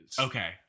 Okay